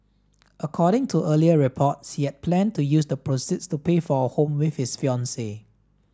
according to earlier reports he had planned to use the proceeds to pay for a home with his fiancee